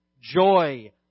joy